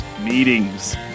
meetings